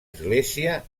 església